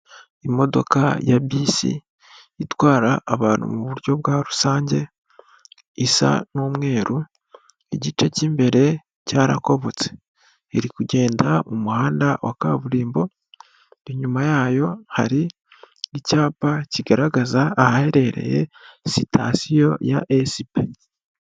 Imodoka ya bisi itwara abantu mu buryo bwa rusange isa n'umweru igice k'imbere cyarakobotse iri kugenda mu muhanda wa kaburimbo inyuma yayo hari n'icyapa kigaragaza ahaherereye sitasiyo ya esipi.